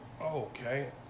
Okay